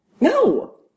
No